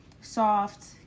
soft